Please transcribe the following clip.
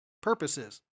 purposes